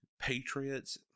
Patriots